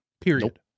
period